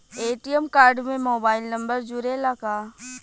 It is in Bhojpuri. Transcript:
ए.टी.एम कार्ड में मोबाइल नंबर जुरेला का?